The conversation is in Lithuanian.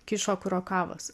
kišo kurokavos